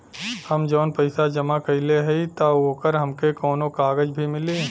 हम जवन पैसा जमा कइले हई त ओकर हमके कौनो कागज भी मिली?